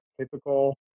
typical